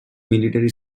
military